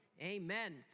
Amen